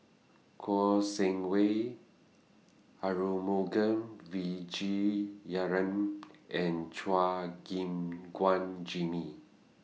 Kouo Shang Wei Arumugam and Chua Gim Guan Jimmy